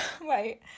wait